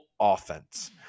offense